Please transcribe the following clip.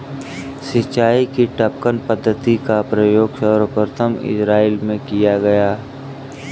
सिंचाई की टपकन पद्धति का प्रयोग सर्वप्रथम इज़राइल में किया गया